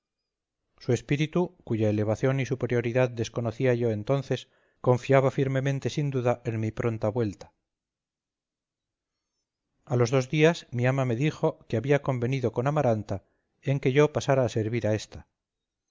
su espíritu cuya elevación y superioridad desconocía yo entonces confiaba firmemente sin duda en mi pronta vuelta a los dos días mi ama me dijo que había convenido con amaranta en que yo pasara a servir a ésta